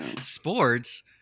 sports